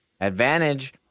advantage